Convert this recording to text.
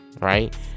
Right